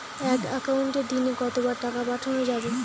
এক একাউন্টে দিনে কতবার টাকা পাঠানো যাবে?